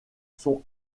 sont